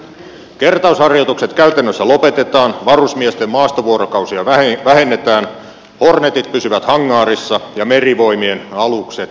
kertausharjoitukset käytännössä lopetetaan varusmiesten maastovuorokausia vähennetään hornetit pysyvät hangaarissa ja merivoimien alukset satamissa